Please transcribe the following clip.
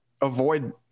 avoid